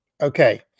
Okay